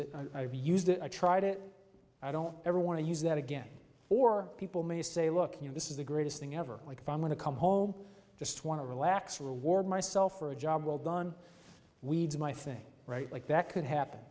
i've used it i tried it i don't ever want to use that again or people may say look you know this is the greatest thing ever like if i'm going to come home just want to relax reward myself for a job well done weeds my thing right like that could happen